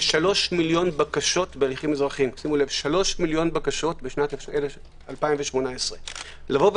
כ-3 מיליון בקשות בהליכים אזרחיים בשנת 2018. שימו לב.